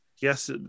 Yes